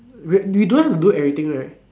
wait we don't have to do everything right